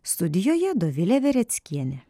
studijoje dovilė vereckienė